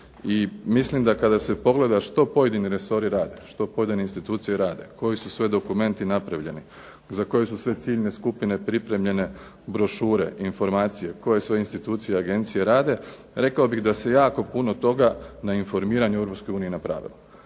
i mislim da kada se pogleda što pojedini resori rade, što pojedine institucije rade, koji su sve dokumenti napravljeni za koje su sve ciljne skupine pripremljene brošure, informacije, koje sve institucije, agencije rade rekao bih da se jako puno toga na informiranju u Europskoj